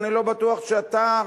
ואני לא בטוח שאתה,